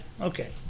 okay